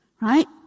Right